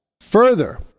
Further